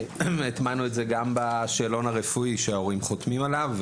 הטמענו את זה גם בשאלון הרפואי שההורים חותמים עליו,